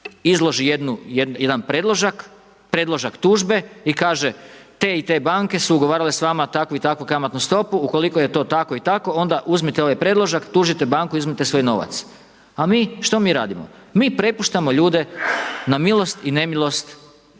izloži jedan predložak, predložak tužbe i kaže te i te banke su ugovarale s vama takvu i takvu kamatnu stopu, ukoliko je to tako i tako onda uzmite ovaj predložak, tužite banku i uzmite svoj novac. A mi, što mi radimo? Mi prepuštamo ljude na milost i nemilost